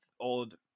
old